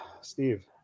Steve